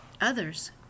Others